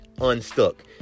unstuck